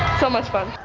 so much fun.